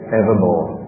evermore